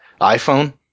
iPhone